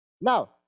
now